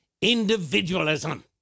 individualism